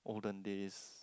olden days